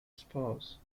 spouse